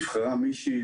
נבחרה מישהי,